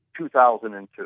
2002